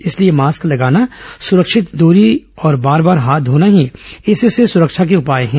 इसलिए मास्क लगाना सुरक्षित दूरी और बार बार हाथ घोना ही इससे सुरक्षा के उपाय हैं